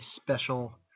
special